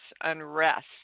unrest